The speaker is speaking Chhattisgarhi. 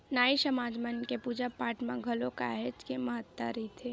नाई समाज मन के पूजा पाठ म घलो काहेच के महत्ता रहिथे